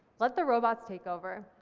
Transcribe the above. let the robots take over.